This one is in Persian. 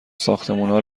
ساختمونا